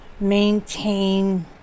maintain